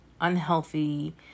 unhealthy